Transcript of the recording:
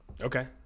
Okay